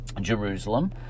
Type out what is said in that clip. Jerusalem